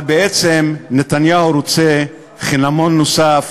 אבל בעצם נתניהו רוצה חינמון נוסף,